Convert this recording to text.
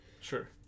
Sure